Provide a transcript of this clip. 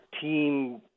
team